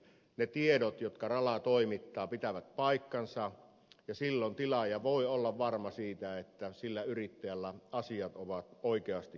ne tiedot jotka rala toimittaa pitävät paikkansa ja silloin tilaaja voi olla varma siitä että sillä yrittäjällä asiat ovat oikeasti kunnossa